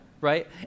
right